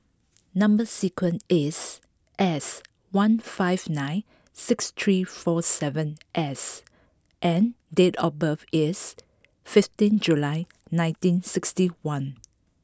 number sequence is S one five nine six three four seven S and date of birth is fifteen July nineteen sixty one